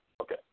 okay